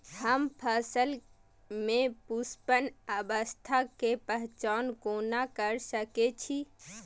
हम फसल में पुष्पन अवस्था के पहचान कोना कर सके छी?